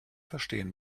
verstehen